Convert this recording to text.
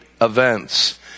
events